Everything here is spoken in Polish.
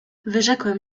wyrzekłem